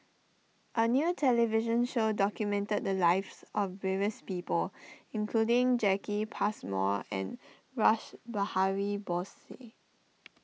a new television show documented the lives of various people including Jacki Passmore and Rash Behari Bose